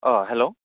अ हेल'